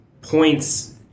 points